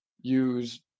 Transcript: use